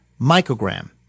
microgram